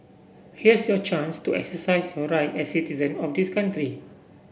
here's your chance to exercise your right as citizen of this country